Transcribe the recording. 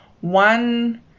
One